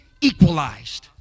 equalized